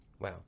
Wow